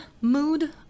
mood